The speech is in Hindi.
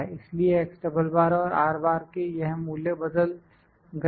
इसलिए और के यह मूल्य बदल गए